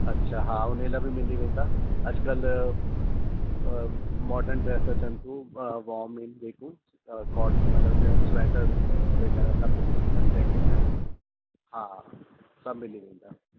अच्छा हा उन लाइ बि मिली वेंदा अॼकल्ह मॉडर्न ड्रेस अचनि थियूं वॉर्म आहिनि जेकियूं कोट मतिलबु जीअं स्वेटर वग़ैरह सभु मिली वेंदा जैकेट आहिनि हा हा सभु मिली वेंदा